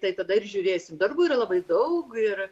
tai tada ir žiūrėsim darbų yra labai daug ir